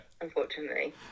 Unfortunately